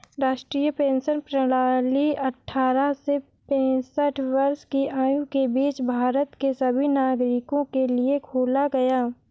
राष्ट्रीय पेंशन प्रणाली अट्ठारह से पेंसठ वर्ष की आयु के बीच भारत के सभी नागरिकों के लिए खोला गया